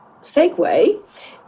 segue